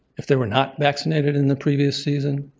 if they were not vaccinated in the previous season,